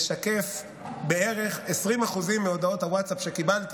משקף בערך 20% מהודעות הווטסאפ שקיבלתי,